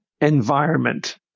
environment